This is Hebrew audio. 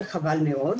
וחבל מאוד.